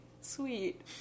sweet